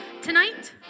Tonight